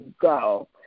go